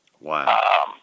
Wow